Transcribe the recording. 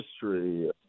history